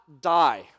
die